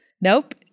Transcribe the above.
Nope